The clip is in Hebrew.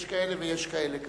יש כאלה ויש כאלה כמובן.